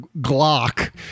Glock